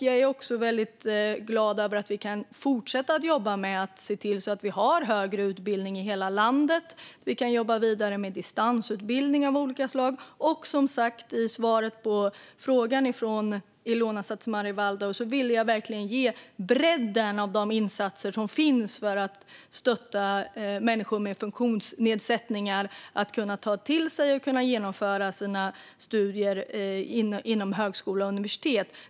Jag är också väldigt glad över att vi kan fortsätta att jobba med att se till att vi har högre utbildning i hela landet. Vi kan jobba vidare med distansutbildningar av olika slag. I svaret på frågan från Ilona Szatmari Waldau ville jag, som sagt, verkligen visa bredden av de insatser som finns för att stötta människor med funktionsnedsättningar så att de kan ta till sig och genomföra sina studier inom högskola och universitet.